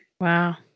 Wow